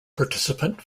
participant